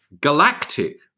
galactic